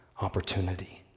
opportunity